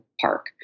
park